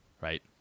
Right